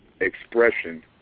expression